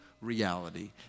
reality